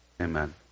Amen